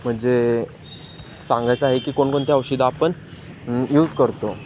म्हणजे सांगायचं आहे की कोणकोणती औषधं आपण यूज करतो